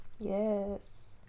Yes